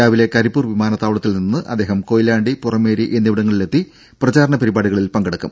രാവിലെ കരിപ്പൂർ വിമാനത്താവളത്തിൽ നിന്ന് അദ്ദേഹം കൊയിലാണ്ടി പുറമേരി എന്നിവിടങ്ങളിലെത്തി പ്രചാരണ പരിപാടികളിൽ പങ്കെടുക്കും